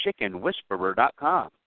chickenwhisperer.com